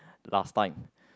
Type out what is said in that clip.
last time